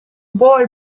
boy